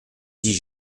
dis